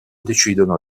decidono